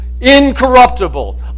incorruptible